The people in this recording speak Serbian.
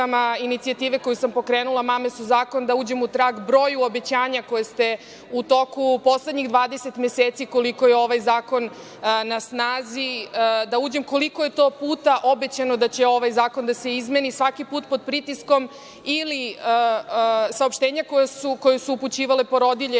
inicijative koju sam pokrenula, „Mame su zakon“, da uđem u trag broju obećanja koje su se u toku poslednjih 20 meseci, koliko je ovaj zakon na snazi, da uđem u trag koliko je to puta obećano da će ovaj zakon da se izmeni, svaki put pod pritiskom ili saopštenja koja su upućivale porodilje